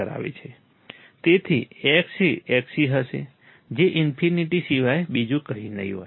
તેથી X એ Xc હશે જે ઇન્ફીનીટી સિવાય બીજું કંઈ નહીં હોય